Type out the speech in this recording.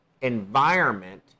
environment